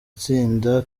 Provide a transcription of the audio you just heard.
tsinda